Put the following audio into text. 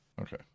Okay